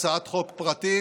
הצעת חוק פרטית.